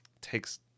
takes